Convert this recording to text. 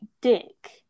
dick